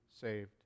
saved